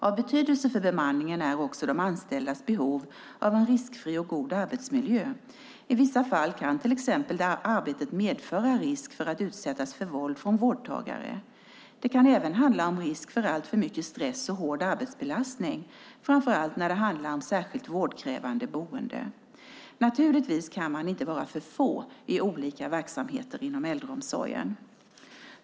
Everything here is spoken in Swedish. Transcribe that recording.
Av betydelse för bemanningen är också de anställdas behov av en riskfri och god arbetsmiljö. I vissa fall kan till exempel arbetet medföra risk för att utsättas för våld från vårdtagare. Det kan även handla om risk för alltför mycket stress och hård arbetsbelastning, framför allt när det handlar om särskilt vårdkrävande boende. Naturligtvis kan man inte vara för få i olika verksamheter inom äldreomsorgen.